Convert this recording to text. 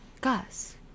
Gus